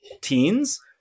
teens